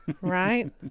right